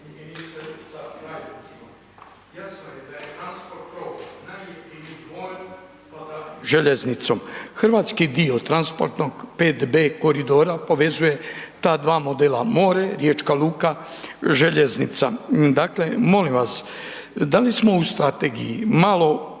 hrvatski dio transportnog 5B koridora povezuje ta dva modela more, Riječka luka, željeznica. Dakle, molim vas, da li smo u strategiji malo